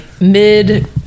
mid